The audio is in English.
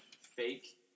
fake